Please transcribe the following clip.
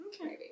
Okay